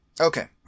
Okay